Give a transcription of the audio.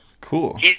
cool